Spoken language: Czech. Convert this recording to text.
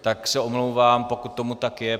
Tak se omlouvám, pokud tomu tak je.